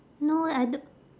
no eh I d~